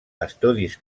estudis